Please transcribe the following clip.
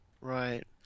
Right